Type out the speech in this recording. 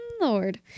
Lord